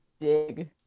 dig